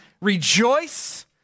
rejoice